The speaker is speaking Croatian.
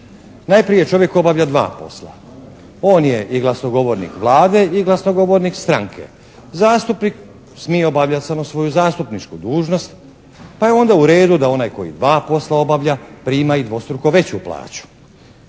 Najprije čovjek obavlja dva posla. On je i glasnogovornik Vlade i glasnogovornik stranke. Zastupnik smije obavljati samo svoju zastupničku dužnost, pa je onda u redu da onaj koji dva posla obavlja prima i dvostruko veću plaću.